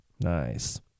Nice